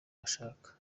bashaka